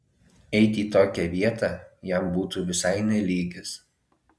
eit į tokią vietą jam būtų visai ne lygis